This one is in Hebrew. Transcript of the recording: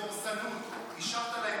בדורסנות אישרת להם,